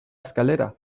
escalera